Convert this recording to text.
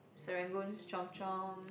Serangoon's chomp-chomp